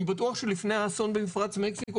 אני בטוח שלפני האסון במפרץ מקסיקו,